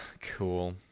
cool